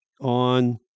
on